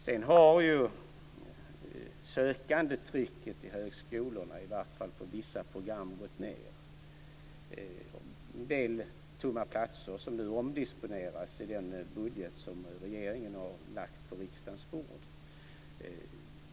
Sedan har sökandetrycket till högskolorna, i varje fall till vissa program, minskat. En del tomma platser omdisponeras nu i regeringens budgetproposition som har lagts på riksdagens bord.